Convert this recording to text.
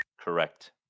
Correct